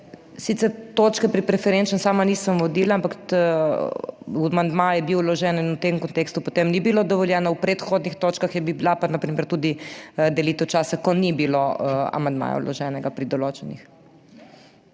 Sicer točke pri preferenčnem sama nisem vodila, ampak amandma je bil vložen in v tem kontekstu potem ni bilo dovoljeno. V predhodnih točkah je bila pa na primer tudi delitev časa, ko ni bilo amandmaja vloženega pri določenih.